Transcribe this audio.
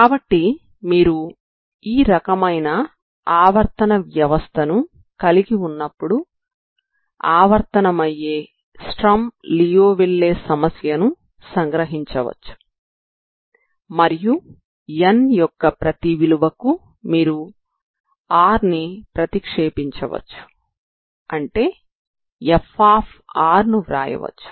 కాబట్టి మీరు ఈ రకమైన ఆవర్తన వ్యవస్థను కలిగి ఉన్నప్పుడు ఆవర్తనమయ్యే స్టర్మ్ లియోవిల్లే సమస్యను సంగ్రహించవచ్చు సరేనా మరియు n యొక్క ప్రతీ విలువకు మీరు r ను ప్రతిక్షేపించవచ్చు అంటే F ను వ్రాయవచ్చు